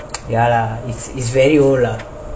ya lah it's it's very old lah